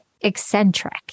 eccentric